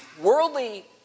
Worldly